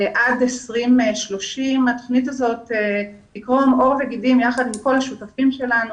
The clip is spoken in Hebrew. עד 2030. התוכנית הזאת תקרום עור וגידים יחד עם כל השותפים שלנו,